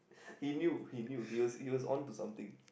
he knew he knew he was he was on to something